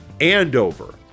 Andover